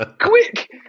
quick